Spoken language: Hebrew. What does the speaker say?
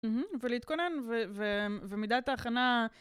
ולהתכונן ומידת ההכנה.